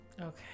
Okay